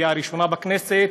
והראשונה בכנסת,